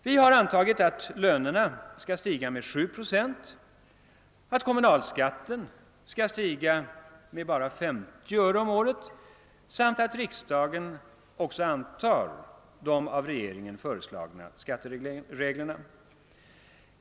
Vi har vidare antagit, att lönerna skall stiga med 7 procent, att kommunalskatten skall stiga med bara 50 öre om året samt att riksdagen också kommer att anta de av regeringen föreslagna skattereglerna.